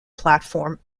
platform